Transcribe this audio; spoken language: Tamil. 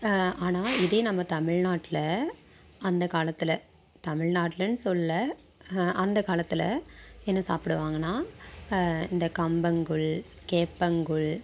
ஆனால் இதே நம்ம தமிழ்நாட்டில் அந்த காலத்தில் தமிழ்நாட்லேனு சொல்லல அந்த காலத்தில் என்ன சாப்பிடுவாங்கனா இந்த கம்பங்கூழ் கேப்பங்கூழ்